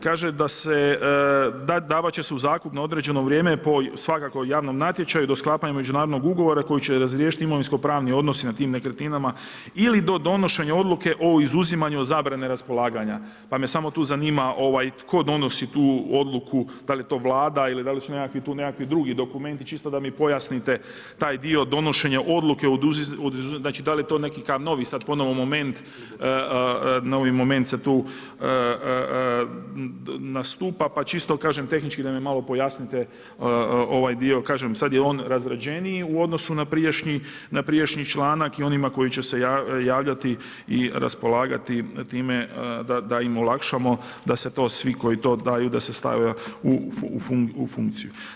Kaže da se, davati će se u zakup na određeno vrijeme po svakako javnom natječaju do sklapanja međunarodnog ugovora koji će razriješiti imovinsko-pravne odnose na tim nekretninama ili do donošenja odluke o izuzimanju od zabrane raspolaganja, pa me samo tu zanima tko donosi tu odluku, da li je to Vlada ili da li su tu nekakvi drugi dokumenti čisto da mi pojasnite taj dio donošenja odluke, znači da li je to kao neki novi sad ponovno moment se tu nastupa p čisto kažem, tehnički da mi malo pojasnite, kažem sad je on razrađeniji u odnosu na prijašnji članak i onima koji će se javljati i raspolagati time da im olakšamo da se to svi koji daju da se stave u funkciju.